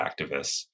activists